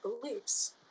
beliefs